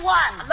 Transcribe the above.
one